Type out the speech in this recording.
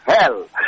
hell